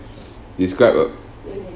describe a